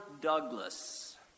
Douglas